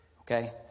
Okay